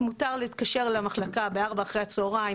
מותר להתקשר למחלקה ב-16:00 אחרי הצוהריים.